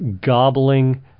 gobbling